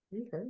Okay